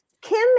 Kim